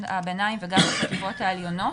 גבוה בחינוך הערבי.